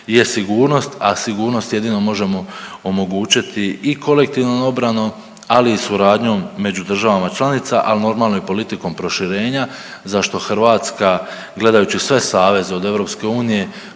je sigurnost, a sigurnost jedino možemo omogućiti i kolektivnom obranom, ali i suradnjom među državama članica, al normalno i politikom proširenja za što Hrvatska gledajući sve saveze od EU